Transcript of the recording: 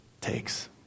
takes